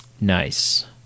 Nice